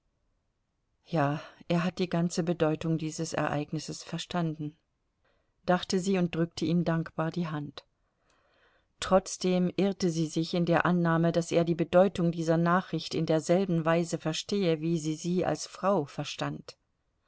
ja er hat die ganze bedeutung dieses ereignisses verstanden dachte sie und drückte ihm dankbar die hand trotzdem irrte sie sich in der annahme daß er die bedeutung dieser nachricht in derselben weise verstehe wie sie sie als frau verstand